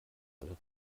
alle